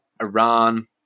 Iran